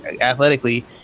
athletically